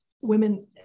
women